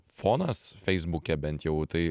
fonas feisbuke bent jau tai